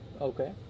okay